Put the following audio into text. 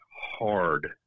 hard